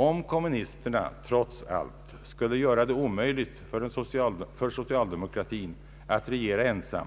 Om kommunisterna trots allt skulle göra det omöjligt för socialdemokratin att regera ensam,